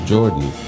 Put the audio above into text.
Jordan